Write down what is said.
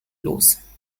los